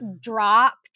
dropped